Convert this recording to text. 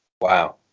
Wow